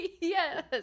yes